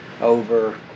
over